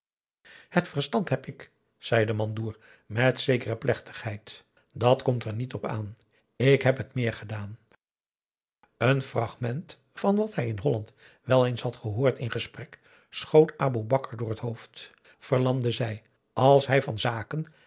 het verstand heb ik zei de mandoer met zekere plechtigheid dat komt er niet op aan ik heb het meer gedaan een fragment van wat hij in holland wel eens had gehoord in gesprek schoot aboe bakar door het hoofd verlande zei als hij van zaken